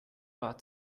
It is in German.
war